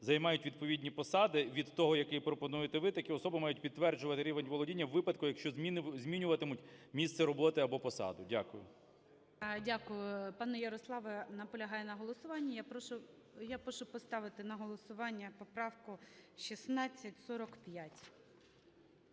займають відповідні посади, від того, який пропонуєте ви, такі особи мають підтверджувати рівень володіння у випадку, якщо змінюватимуть місце роботи або посаду. Дякую. ГОЛОВУЮЧИЙ. Дякую. Пане Ярослав наполягає на голосуванні. Я прошу, я прошу поставити на голосування поправку 1645.